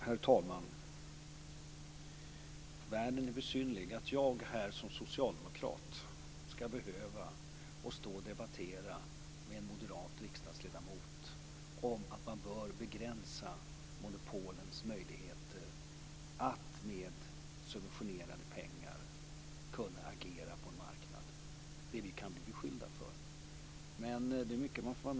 Herr talman! Världen är besynnerlig! Att jag här, som socialdemokrat, skall behöva stå och debattera med en moderat riksdagsledamot om att man bör begränsa monopolens möjligheter att med subventionerade pengar agera på en marknad! Det är ju det vi kan bli beskyllda för.